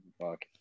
Fuck